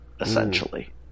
essentially